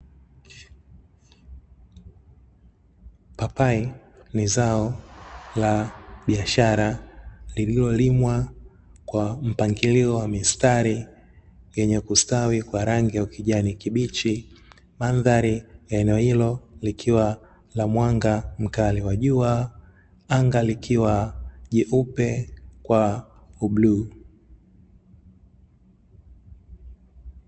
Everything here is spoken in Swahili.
Papai ni zao la biashara, lililolimwa kwa mpangilio wa mistari yenye kustawi kwa rangi ya kijani kibichi. Mandhari ya eneo hilo likiwa la mwanga mkali wa jua, anga likiwa jeupe kwa ubluu.